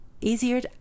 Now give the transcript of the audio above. easier